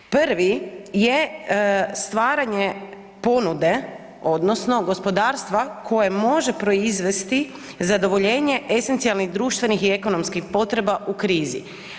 Prvi je stvaranje ponude odnosno gospodarstva koje može proizvesti zadovoljenje esencijalnih društvenih i ekonomskih potreba u krizi.